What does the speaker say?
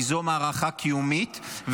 כי זו מערכה קיומית,